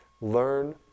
Learn